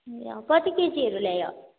कति केजीहरू ल्यायो